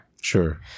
Sure